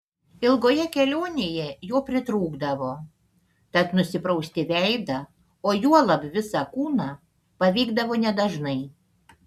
ilgoje kelionėje jo pritrūkdavo tad nusiprausti veidą o juolab visą kūną pavykdavo nedažnai